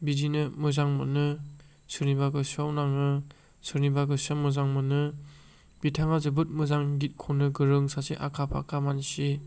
बिदिनो मोजां मोनो सोरनिबा गोसोआव नाङो सोरनिबा गोसोआ मोजां मोनो बिथाङा जोबोद गित खननो गोरों सासे आखा फाखा मानसि